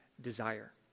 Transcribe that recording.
desire